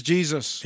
Jesus